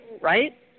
right